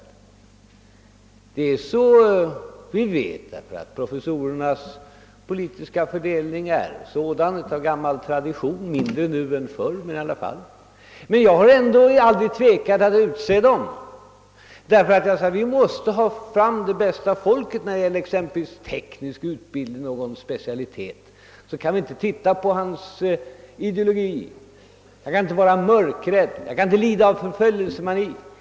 Vi vet i alla fall, att fördelningen i fråga om professorernas politiska inställning är sådan av gammal tradition, mindre nu än förr. Men jag har ändå aldrig tvekat att utse dem, därför att jag anser att vi måste ha fram det bästa folket. Vad beträffar exempelvis teknisk utbildning i någon specialitet kan vi inte fästa oss vid expertens ideologi. Man får inte vara mörkrädd, man får inte lida av förföljelsemani.